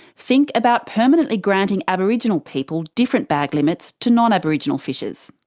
think about permanently granting aboriginal people different bag limits to non-aboriginal fishers.